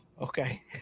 Okay